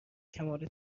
کمال